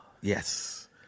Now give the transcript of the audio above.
Yes